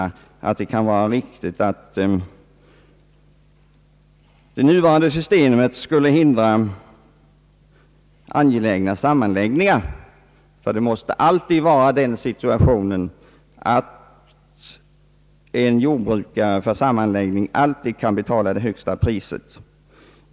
Jag kan heller icke finna påståendet riktigt att det nuvarande förhållandet hindrar angelägna sammanläggningar. Det är undantagslöst så att en jordbrukare vid köp av en gård för sammanläggning kan betala det högsta priset.